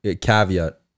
caveat